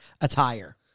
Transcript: attire